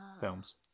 films